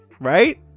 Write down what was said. right